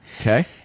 Okay